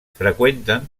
freqüenten